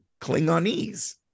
Klingonese